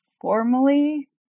formally